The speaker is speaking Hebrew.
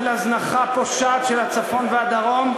של הזנחה פושעת של הצפון והדרום,